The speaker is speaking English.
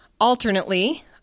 Alternately